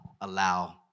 allow